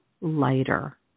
lighter